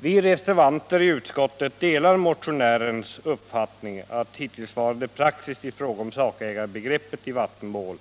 Vi reservanter i utskottet delar uppfattningen att hittillsvarande praxis i fråga om sakägarbegreppet i vattenmål